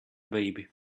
baby